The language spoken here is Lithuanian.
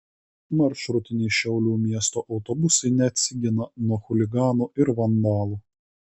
maršrutiniai šiaulių miesto autobusai neatsigina nuo chuliganų ir vandalų